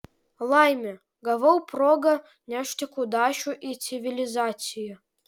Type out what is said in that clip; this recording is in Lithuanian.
laimė gavau progą nešti kudašių į civilizaciją